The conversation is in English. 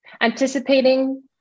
anticipating